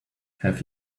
have